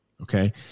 Okay